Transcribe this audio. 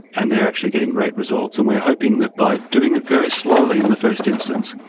and they're actually getting great results, and we're hoping that by doing it very slowly in the first instance,